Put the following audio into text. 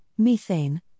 methane